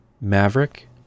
Maverick